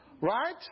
right